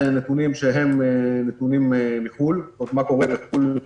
זה נתונים שהם נתונים מחו"ל, מה קורה בחו"ל.